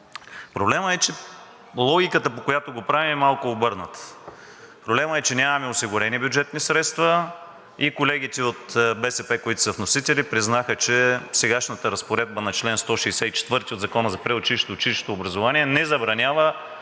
Проблемът е, че логиката, по която го правим, е малко обърната. Проблем е, че нямаме осигурени бюджетни средства и колегите от БСП, които са вносители, признаха, че сегашната разпоредба на чл. 164 от Закона за предучилищното и училищното образование не забранява